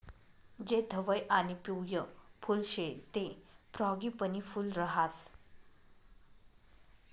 जे धवयं आणि पिवयं फुल शे ते फ्रॉगीपनी फूल राहास